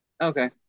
Okay